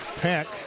Pack